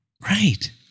Right